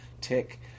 tick